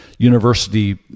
University